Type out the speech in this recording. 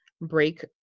break